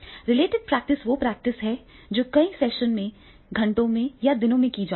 related practice वो practice है जो कई सेशन में घंटों या दिनों में की जाती है